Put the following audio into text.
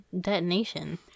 detonation